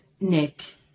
Nick